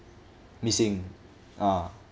missing ah